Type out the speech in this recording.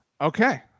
Okay